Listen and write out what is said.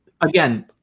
again